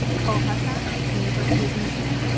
cole hussung, university of michigan,